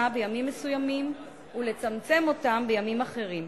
בימים מסוימים ולצמצם אותם בימים אחרים.